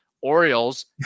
Orioles